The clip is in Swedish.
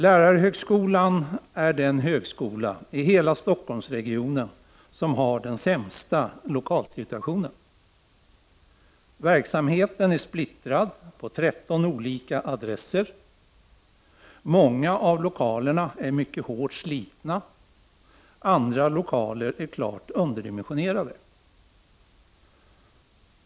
Lärarhögskolan är den högskola i hela Stockholmsregionen som har den sämsta lokalsituationen. Verksamheten är splittrad på 13 olika adresser. Många av lokalerna är mycket hårt slitna, andra är klart underdimensionerade.